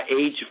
age